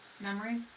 Memory